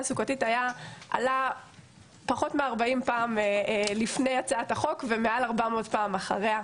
תעסוקתית בעבודה עלה פחות מ-40 פעם לפני הצעת החוק ומעל 400 פעם אחריה.